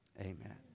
Amen